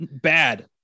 Bad